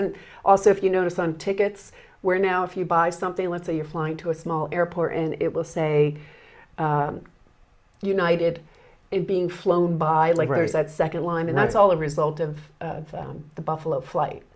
and also if you notice on tickets where now if you buy something let's say you're flying to a small airport and it will say united is being flown by libraries that second line and that's all the result of the buffalo flight